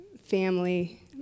family